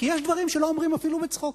כי יש דברים שלא אומרים אפילו בצחוק.